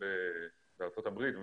שקורים בארצות הברית,